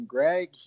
Greg